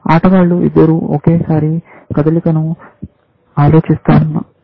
ఆటగాళ్లు ఇద్దరూ ఒకేసారి కదలికలను ఆలోచిస్తున్నారు